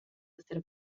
fossero